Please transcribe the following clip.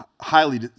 highly